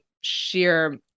sheer